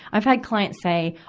i've had clients say,